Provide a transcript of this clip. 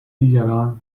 دیگران